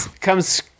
comes